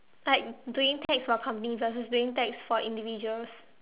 like doing tax for company versus doing tax for individuals